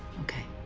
okay.